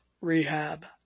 rehab